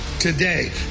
today